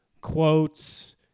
quotes